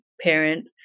parent